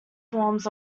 forms